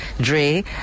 Dre